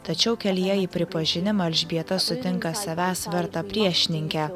tačiau kelyje į pripažinimą elžbieta sutinka savęs vertą priešininkę